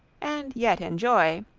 and yet enjoy,